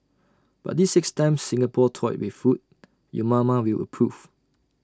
but these six times Singapore toyed with food your mama will approve